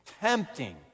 tempting